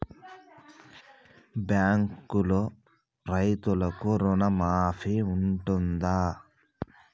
బ్యాంకులో రైతులకు రుణమాఫీ ఉంటదా?